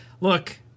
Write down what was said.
Look